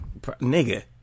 Nigga